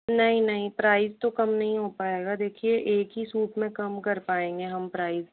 नहीं नहीं प्राइस तो कम नहीं हो पाएगा देखिए एक ही सूट में कम कर पाएंगे हम प्राइस